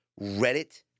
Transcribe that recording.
Reddit